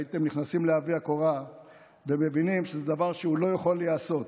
הייתם נכנסים בעובי הקורה ומבינים שזה דבר שלא יכול להיעשות.